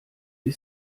die